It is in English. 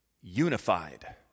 unified